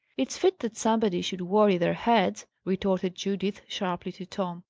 it's fit that somebody should worry their heads, retorted judith sharply to tom.